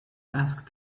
asked